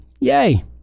Yay